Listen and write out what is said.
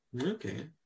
okay